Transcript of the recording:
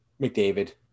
mcdavid